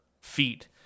feet